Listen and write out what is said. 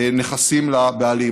נכסים לבעלים.